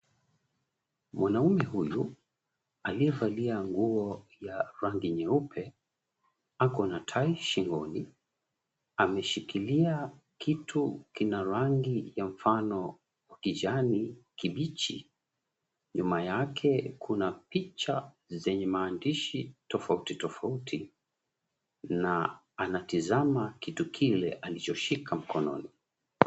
Mwanamume huyu, aliyevalia nguo ya rangi nyeupe, ako na tai shingoni. Ameshikilia kitu kina rangi ya mfano kijani kibichi. Nyuma yake kuna picha zenye maandishi tofauti tofauti, na anatazama kitu kile alichoshika mkononi.